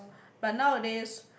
but nowadays